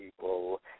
people